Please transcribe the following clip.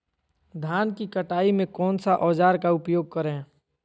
धान की कटाई में कौन सा औजार का उपयोग करे?